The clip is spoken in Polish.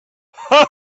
cha